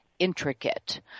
intricate